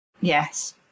Yes